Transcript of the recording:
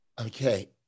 okay